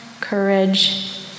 courage